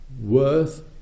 worth